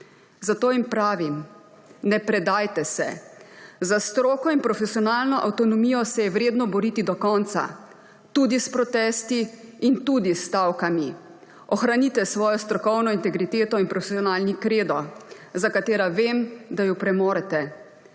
Zato jim pravim: »Ne predajte se! Za stroko in profesionalno avtonomijo se je vredno boriti do konca, tudi s protesti in tudi s stavkami. Ohranite svojo strokovno integriteto in profesionalni kredo, za katera vem, da ju premorete.